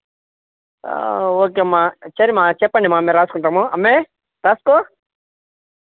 okay అమ్మా సరే అమ్మా చెప్పండి అమ్మా మేము రాసుకుంటాము అమ్మే రాసుకో